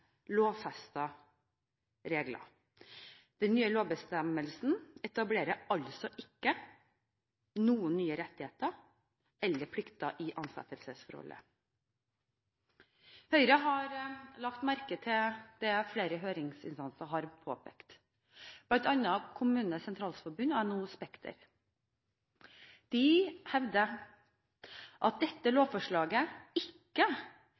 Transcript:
regler. Den nye lovbestemmelsen etablerer altså ikke noen nye rettigheter eller plikter i ansettelsesforholdet. Høyre har lagt merke til det flere høringsinstanser har påpekt, bl.a. KS, NHO og Spekter. De hevder at dette lovforslaget ikke